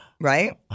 Right